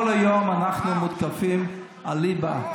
כל היום אנחנו מותקפים על ליבה,